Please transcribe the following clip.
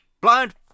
Blind